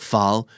Fall